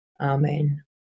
Amen